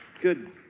Good